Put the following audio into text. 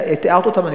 את תיארת אותם,